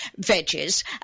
veggies